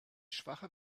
schwache